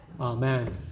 Amen